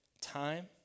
time